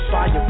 Fire